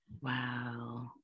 Wow